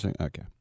Okay